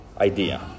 idea